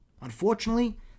Unfortunately